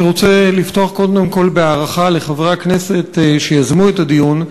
אני רוצה לפתוח קודם כול בהערכה לחברי הכנסת שיזמו את הדיון,